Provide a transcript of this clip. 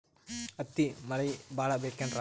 ಹತ್ತಿಗೆ ಮಳಿ ಭಾಳ ಬೇಕೆನ್ರ?